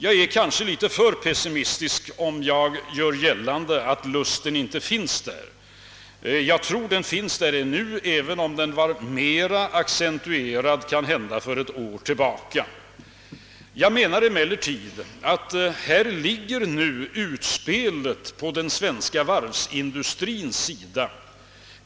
Jag är kanske litet för pessimistisk om jag gör gällande att lusten inte finns där; den finns nog kvar även om den kanhända var mer accentuerad för ett år sedan. Utspelet ligger nu hos den svenska varvsindustrin.